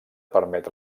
permet